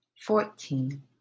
fourteen